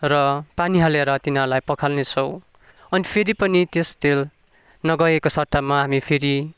र पानी हालेर तिनीहरूलाई पखाल्ने छौँ अनि फेरि पनि त्यस तेल नगएको सट्टामा हामी फेरि